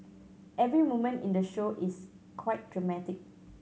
every moment in the show is quite dramatic